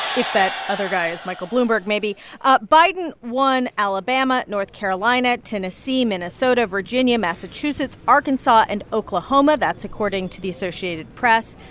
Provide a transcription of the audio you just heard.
if that other guy is michael bloomberg, maybe biden won alabama, north carolina, tennessee, minnesota, virginia, massachusetts, arkansas and oklahoma. that's according to the associated press.